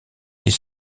est